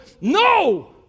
no